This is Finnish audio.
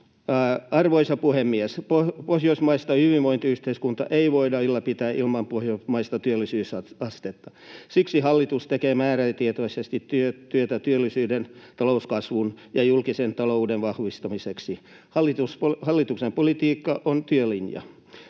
Arvoisa puhemies! Pohjoismaista hyvinvointiyhteiskuntaa ei voida ylläpitää ilman pohjoismaista työllisyysastetta, siksi hallitus tekee määrätietoisesti työtä työllisyyden, talouskasvun ja julkisen talouden vahvistamiseksi. Hallituksen politiikka on työn linja.